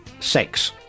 Sex